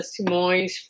Simões